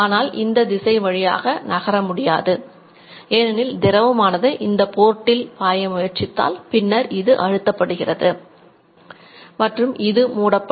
மற்றும் இது மூடப்படும்